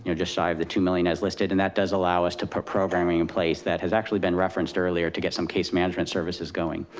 you know just shy of the two million as listed. and that does allow us to put programming in place that has actually been referenced earlier to get some case management services going.